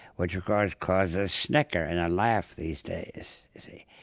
which of course causes snicker and a laugh these days, you see?